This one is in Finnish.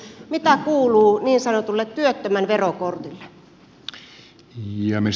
mitä kuuluu niin sanotulle työttömän verokortille